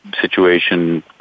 situation